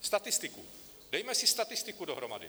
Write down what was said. Statistiku, dejme si statistiku dohromady.